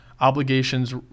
obligations